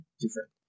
different